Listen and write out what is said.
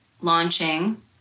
launching